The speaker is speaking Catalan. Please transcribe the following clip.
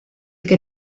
que